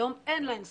היום אין להן סמכות,